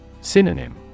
Synonym